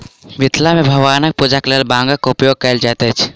मिथिला मे भगवानक पूजाक लेल बांगक उपयोग कयल जाइत अछि